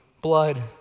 blood